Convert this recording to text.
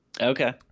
okay